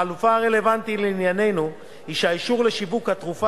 החלופה הרלוונטית לענייננו היא שהאישור לשיווק התרופה